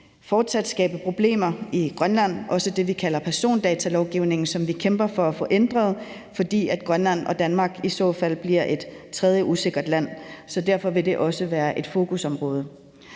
fortsat skabe problemer i Grønland, også det, vi kalder persondatalovgivningen, som vi kæmper for at få ændret, fordi Grønland og Danmark i så fald bliver et usikkert tredjeland. Så derfor vil det også være et fokusområde.